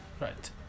right